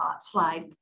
slide